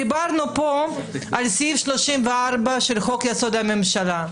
דיברנו פה על סעיף 34 לחוק-יסוד: הממשלה.